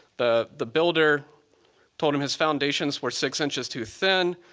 the the builder told him his foundations were six inches too thin.